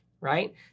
right